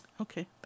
Okay